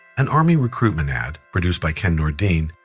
an army recruitment ad produced by ken nordine.